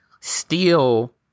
Steal